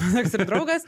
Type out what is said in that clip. toks ir draugas